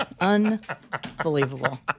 Unbelievable